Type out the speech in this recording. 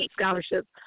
scholarships